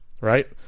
right